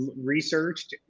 researched